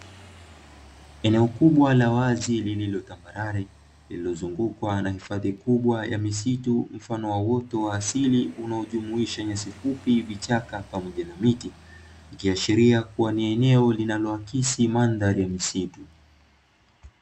Eneo kubwa la wazi lililotambalare lililozungukwa na hifadhi kubwa ya misitu mfano wa wote wa asili unaojumuisha nyasi fupi vichaka pamoja na miti nikiashiria kuwa ni eneo linalowakisi mandhari ya misitu.